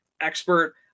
expert